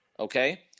Okay